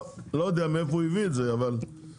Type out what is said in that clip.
לא יודע מאיפה הוא הביא את זה, אבל אוקיי.